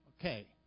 Okay